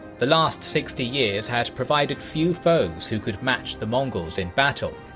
the last sixty years had provided few foes who could match the mongols in battle.